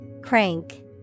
Crank